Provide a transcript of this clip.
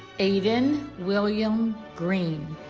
aidan william green